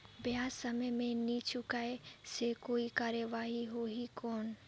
ब्याज समय मे नी चुकाय से कोई कार्रवाही होही कौन?